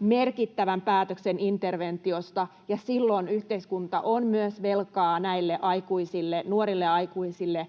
merkittävän päätöksen interventiosta, ja silloin yhteiskunta on myös velkaa näille nuorille aikuisille